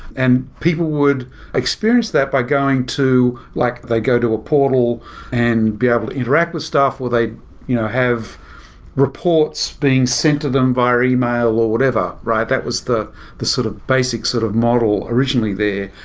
and people would experience that by going to, like they go to a portal and be able to interact with stuff, where they have reports being sent to them via e-mail, or whatever, right? that was the the sort of basic sort of model originally there.